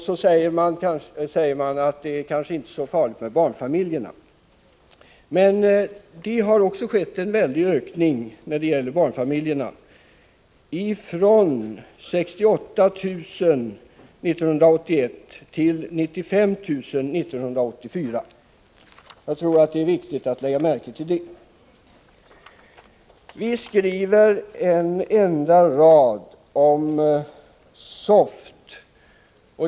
Så säger man att det kanske inte är så farligt med barnfamiljerna. Det har emellertid skett en väldig ökning också när det gäller barnfamiljerna: från 68 000 år 1981 till 95 000 år 1984. Jag tror att det är viktigt att lägga märke till detta. Utskottet skriver en enda rad om SOFT.